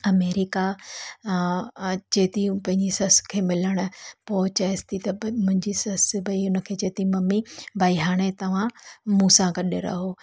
America अ अचे थी पंहिंजी सस खे मिलणु पोइ चएसि थी त मुंहिंजी ससु भई उनखे चए थी भई मम्मी भई हाणे तव्हां मूं सां गॾु रहो